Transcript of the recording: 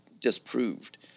disproved